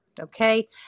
okay